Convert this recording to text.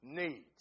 need